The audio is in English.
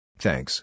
Thanks